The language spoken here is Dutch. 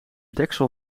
deksel